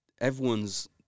everyone's